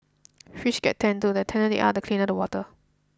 fish get tanned too the tanner they are the cleaner the water